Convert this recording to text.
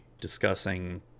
discussing